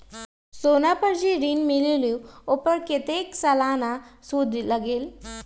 सोना पर जे ऋन मिलेलु ओपर कतेक के सालाना सुद लगेल?